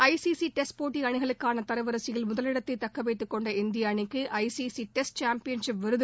ஐ C C test போட்டி அணிகளுக்கான தரவரிசையில் முதலிடத்தை தக்கவைத்து கொண்ட இந்திய அணிக்கு I C C test championship விருது வழங்கப்பட்டது